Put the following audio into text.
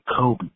Kobe